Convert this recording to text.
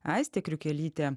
aistė kriukelytė